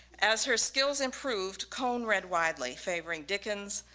as her skills improved cohen read widely, favoring dickens,